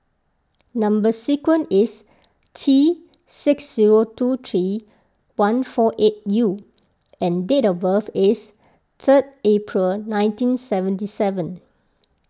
Number Sequence is T six zero two three one four eight U and date of birth is third April nineteen seventy seven